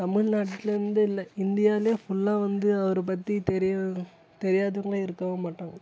தமிழ்நாட்டுலருந்து இல்லை இந்தியாவிலே ஃபுல்லாக வந்து அவரை பற்றி தெரியாதவை தெரியாதவங்களே இருக்கவே மாட்டாங்க